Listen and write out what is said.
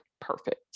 perfect